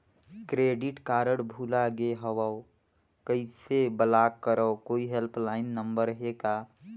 Credit card भुला गे हववं कइसे ब्लाक करव? कोई हेल्पलाइन नंबर हे का?